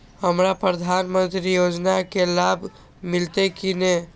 हमरा प्रधानमंत्री योजना के लाभ मिलते की ने?